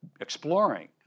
exploring